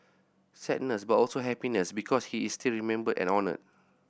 sadness but also happiness because he is still remembered and honoured